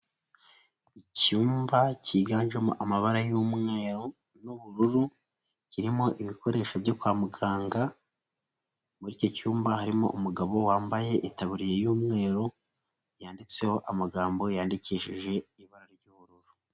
Icyumba cyiganjemo amabara y'umweru n'ubururu kirimo ibikoresho byo kwa muganga, muri iki cyumba harimo umugabo wambaye itaburiye y'umweru, yanditseho amagambo yandikishije ibara ry'ubururu.